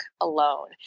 alone